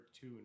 two